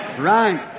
Right